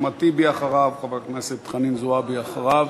אחמד טיבי אחריו, חברת הכנסת חנין זועבי אחריו.